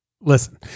listen